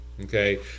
Okay